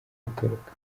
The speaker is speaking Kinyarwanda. gutoroka